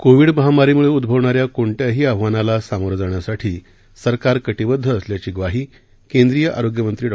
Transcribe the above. Covid महामारीमुळं उझवणाऱ्या कोणत्याही आव्हानाला सामोरं जाण्यासाठी सरकार कटिबद्ध असल्याची ग्वाही केंद्रीय आरोग्यमंत्री डॉ